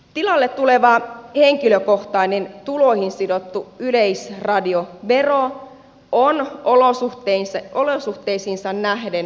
tilalle tuleva henkilökohtainen tuloihin sidottu yleisradiovero on olosuhteisiinsa nähden oikeudenmukainen